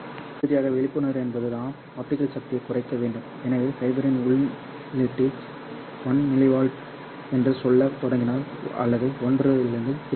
இறுதியாக விழிப்புணர்வு என்பது நாம் ஆப்டிகல் சக்தியைக் குறைக்க வேண்டும் எனவே ஃபைபரின் உள்ளீட்டில் 1 மில்லி வாட் என்று சொல்லத் தொடங்கினால் 1 அல்லது 2 கி